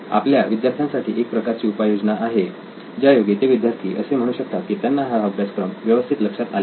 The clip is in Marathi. आपल्या विद्यार्थ्यांसाठी एक प्रकारची उपाययोजना आहे ज्यायोगे ते विद्यार्थी असे म्हणू शकतात की त्यांना हा अभ्यासक्रम व्यवस्थित लक्षात आलेला आहे